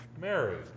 married